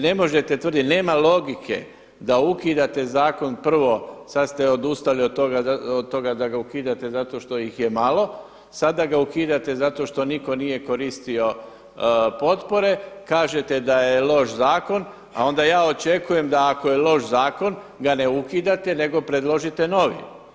Ne možete tvrditi, nema logike da ukidate zakon, prvo sad ste odustali od toga da ga ukidate zato što ih je malo, sada ga ukidate zato što nitko nije koristio potpore, kažete da je loš zakon a onda ja očekujem da ako je loš zakon ga ne ukidate nego predložite novi.